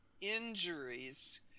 injuries